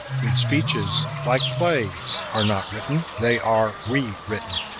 good speeches, like plays, are not written they are rewritten.